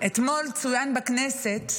אתמול צוין בכנסת